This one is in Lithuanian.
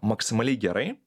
maksimaliai gerai